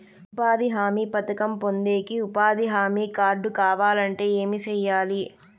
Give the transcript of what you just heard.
ఉపాధి హామీ పథకం పొందేకి ఉపాధి హామీ కార్డు కావాలంటే ఏమి సెయ్యాలి?